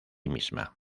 misma